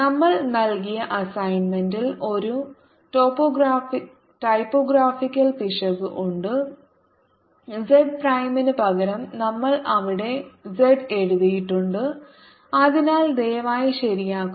നമ്മൾ നൽകിയ അസൈൻമെന്റിൽ ഒരു ടൈപ്പോഗ്രാഫിക്കൽ പിശക് ഉണ്ട് z പ്രൈമിന് പകരം നമ്മൾ അവിടെ z എഴുതിയിട്ടുണ്ട് അതിനാൽ ദയവായി ശരിയാക്കുക